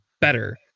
better